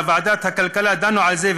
בוועדת הכלכלה דנו בזה,